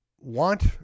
want